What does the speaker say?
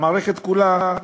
המערכת כולה,